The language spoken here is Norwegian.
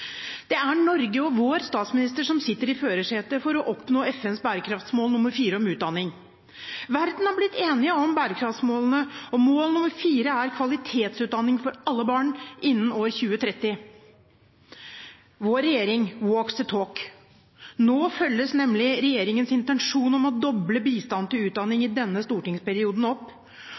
Det er Norge og vår statsminister som sitter i førersetet for å oppnå FNs bærekraftsmål nr. 4, om utdanning. Verden har blitt enig om bærekraftsmålene, og mål nr. 4 er kvalitetsutdanning for alle barn innen år 2030. Vår regjering «walks the talk». Nå følges nemlig regjeringens intensjon om å doble bistanden til utdanning i denne stortingsperioden opp.